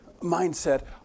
mindset